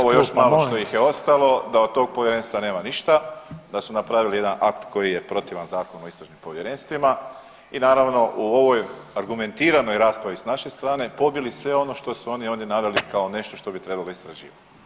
ovo još malo što ih je ostalo, da od tog povjerenstva nema ništa, da su napravili jedan akt koji je protivan Zakonu o istražnim povjerenstvima i naravno u ovoj argumentiranoj raspravi sa naše strane pobili sve ono što su oni ovdje naveli kao nešto što bi trebalo istraživati.